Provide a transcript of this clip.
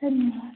धन्यवाद